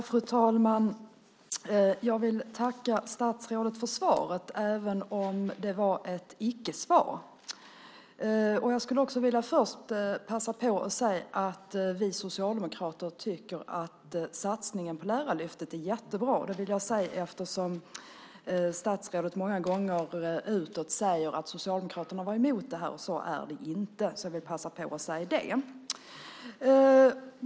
Fru talman! Jag vill tacka statsrådet för svaret, även om det är ett icke-svar. Jag skulle först vilja passa på att säga att vi socialdemokrater tycker att satsningen på Lärarlyftet är jättebra. Det vill jag säga eftersom statsrådet många gånger utåt säger att Socialdemokraterna var emot det här. Så är det inte.